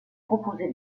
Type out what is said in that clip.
composé